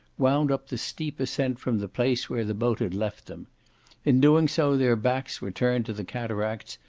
wound up the steep ascent from the place where the boat had left them in doing so their backs were turned to the cataracts,